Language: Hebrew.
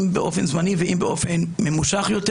אם באופן זמני ואם באופן ממושך יותר.